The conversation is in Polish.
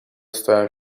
stają